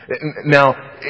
Now